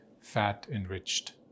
fat-enriched